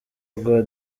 rwa